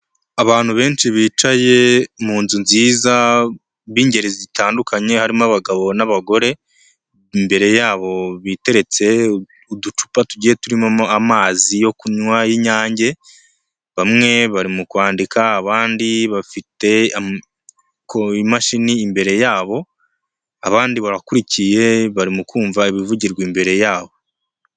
Abantu benshi bicaye mu nzu nziza b'ingeri zitandukanye harimo abagabo n'abagore, imbere yabo biteretse uducupa tugiye turimo amazi yo kunywa y'Inyange, bamwe bari mu kwandika abandi bafite imashini imbere yabo, abandi barakurikiye barimo kumva ibivugirwa imbere yabo.